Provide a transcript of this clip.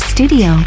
Studio